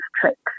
tricks